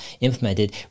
implemented